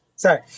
Sorry